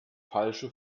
falsche